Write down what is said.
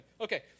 Okay